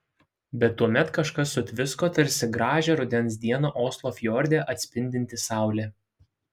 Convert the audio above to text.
bet tuomet kažkas sutvisko tarsi gražią rudens dieną oslo fjorde atsispindinti saulė